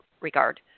regard